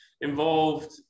involved